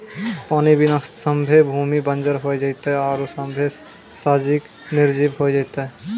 पानी बिना सभ्भे भूमि बंजर होय जेतै आरु सभ्भे सजिब निरजिब होय जेतै